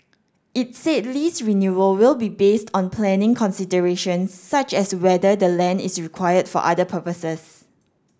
it said lease renewal will be based on planning considerations such as whether the land is required for other purposes